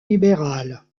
libérale